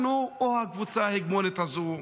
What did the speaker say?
אנחנו או הקבוצה ההגמונית הזו?